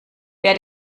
wer